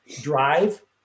drive